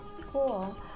school